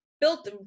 built